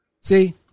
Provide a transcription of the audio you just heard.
See